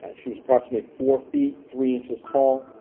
ah she was approximately four feet three inches tall,